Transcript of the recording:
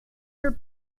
your